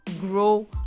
grow